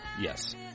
Yes